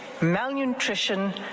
malnutrition